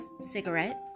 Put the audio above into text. cigarette